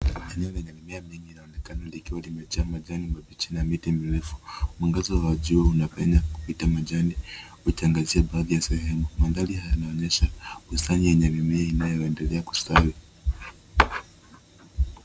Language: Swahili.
Eneo lenye mimea mingi linaonekana likiwa limejaa majani mabichi na miti mirefu. Mwangaza wa jua unapenya kupita majani ukiangazia baadhi ya sehemu. Mandhari haya yanaonyesha bustani yenye mimea inayoendelea kustawi.